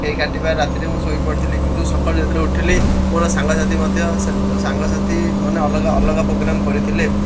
cake କାଟିବା ରାତିରେ ମୁଁ ଶୋଇ ପଡ଼ିଥିଲି କିନ୍ତୁ ସକାଳୁ ଯେତେବେଳେ ଉଠିଲି ମୋର ସାଙ୍ଗସାଥି ମଧ୍ୟ ସାଙ୍ଗସାଥିମାନେ ଅଲଗା ଅଲଗା ପୋଗ୍ରାମ୍ କରିଥିଲେ